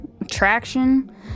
Attraction